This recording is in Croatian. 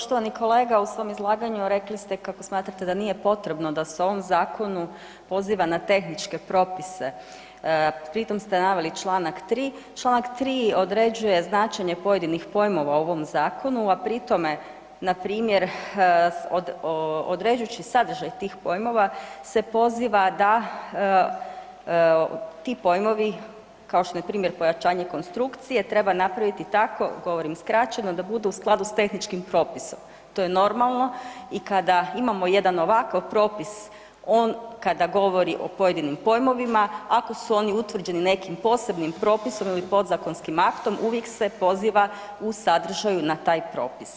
Poštovani kolega u svom izlaganju rekli ste kako smatrate da nije potrebno da se u ovom Zakonu poziva na tehničke propise, pri tom ste naveli članak 3., članak 3. određuje značenje pojedinih pojmova u ovom Zakonu, a pri tome na primjer određujući sadržaj tih pojmova se poziva da ti pojmovi kao što je primjer pojačanje konstrukcije treba napraviti tako, govorim skraćeno, da budu u skladu s tehničkim propisom, to je normalno i kada imamo jedan ovakav propis, on kada govori o pojedinim pojmovima, ako su oni utvrđeni nekim posebnim propisom ili podzakonskim aktom, uvijek se poziva u sadržaju na taj propis.